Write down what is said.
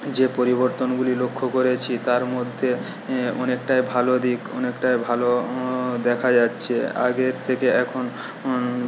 যে পরিবর্তনগুলি লক্ষ্য করেছি তার মধ্যে অনেকটাই ভালো দিক অনেকটাই ভালো দেখা যাচ্ছে আগের থেকে এখন